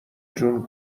جون